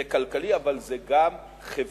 זה כלכלי, אבל זה גם חברתי.